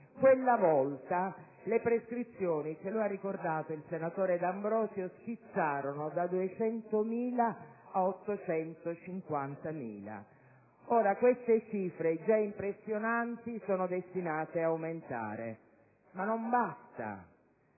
suo nome, le prescrizioni (lo ha ricordato il senatore D'Ambrosio) schizzarono da 200.000 a 850.000. Ora queste cifre, già impressionanti, sono destinate ad aumentare. Non basta,